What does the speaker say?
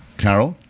carol,